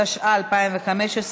התשע"ה 2015,